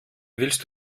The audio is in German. willst